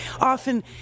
Often